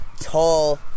tall